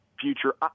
future